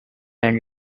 and